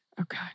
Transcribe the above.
Okay